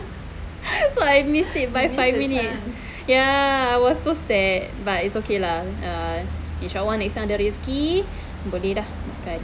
so I missed it by five minutes ya it was so sad but it's okay lah uh inshallah next time ada rezeki boleh dah makan